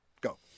Go